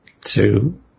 two